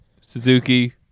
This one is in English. Suzuki